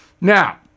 Now